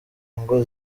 ngo